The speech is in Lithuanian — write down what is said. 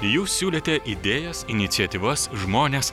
jūs siūlėte idėjas iniciatyvas žmones